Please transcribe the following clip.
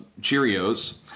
Cheerios